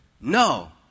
No